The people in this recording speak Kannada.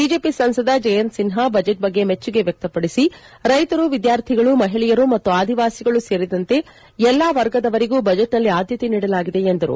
ಬಿಜೆಪಿ ಸಂಸದ ಜಯಂತ್ ಸಿನ್ಹಾ ಬಜೆಟ್ ಬಗ್ಗೆ ಮೆಚ್ಚುಗೆ ವ್ಯಕ್ತಪಡಿಸಿ ರೈತರು ವಿದ್ವಾರ್ಥಿಗಳು ಮಹಿಳೆಯರು ಮತ್ತು ಆದಿವಾಸಿಗಳು ಸೇರಿದಂತೆ ಎಲ್ಲ ವರ್ಗದವರಿಗೂ ಬಜೆಟ್ನಲ್ಲಿ ಆದ್ದತೆ ನೀಡಲಾಗಿದೆ ಎಂದರು